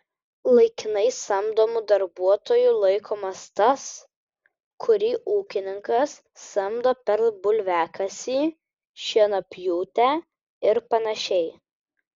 laikinai samdomu darbuotoju laikomas tas kurį ūkininkas samdo per bulviakasį šienapjūtę ir panašiai